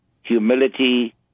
humility